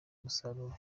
umusaruro